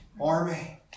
army